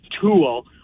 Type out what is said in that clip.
tool